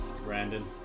Brandon